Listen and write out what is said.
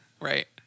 Right